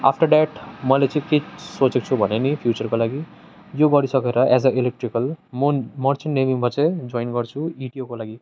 after that मैले चाहिँ के सोचेको छु भने नि फ्युचरको लागि यो गरिसकेर एज ए इलेक्ट्रिकल म मर्चेन्ट नेभीमा चाहिँ जोइन गर्छु इटिओको लागि